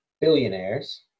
billionaires